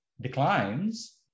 declines